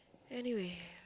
anyway